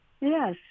Yes